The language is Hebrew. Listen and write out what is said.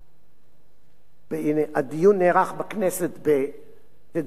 והדיון נערך בכנסת בט"ז באדר א' תשל"ו,